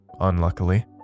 Unluckily